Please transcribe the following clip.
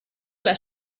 alla